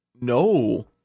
No